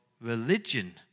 religion